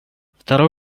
второй